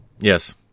Yes